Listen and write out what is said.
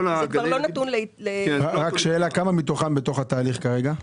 כמה מתוכם כרגע בתוך התהליך?